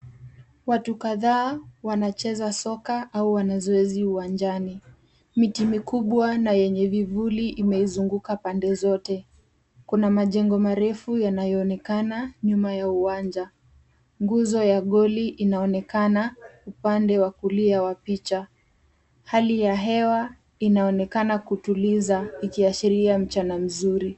Watu kadhaa wanacheza soka au wanazoezi uwanjani. Miti mikubwa na yenye vivuli imeizunguka pande zote. Kuna majengo marefu yanayoonekana nyuma ya uwanja. Nguzo ya goli inaonekana upande wa kulia wa picha. Hali ya hewa inaonekana kutuliza ikiashiria mchana mzuri.